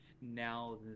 now